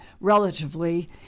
relatively